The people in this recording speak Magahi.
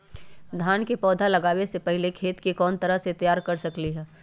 धान के पौधा लगाबे से पहिले खेत के कोन तरह से तैयार कर सकली ह?